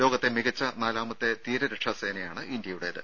ലോകത്തെ മികച്ച നാലാമത്തെ തീര രക്ഷാ സേനയാണ് ഇന്ത്യയുടേത്